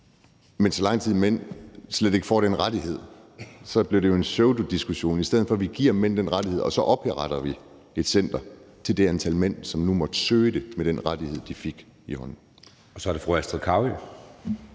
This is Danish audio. Men så lang tid mænd slet ikke får den rettighed, bliver det jo en pseudodiskussion, i stedet for at vi giver mændene den rettighed, og vi så opretter et center til det antal mænd, som nu måtte søge det med den rettighed, som de fik i hånden. Kl. 19:41 Anden næstformand